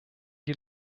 die